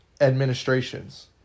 administrations